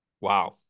Wow